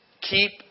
Keep